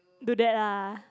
do that ah